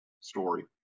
story